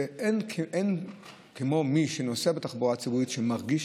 ואין כמו מי שנוסע בתחבורה הציבורית שמרגיש,